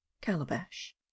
calabash